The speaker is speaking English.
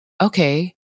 Okay